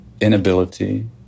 inability